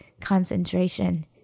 concentration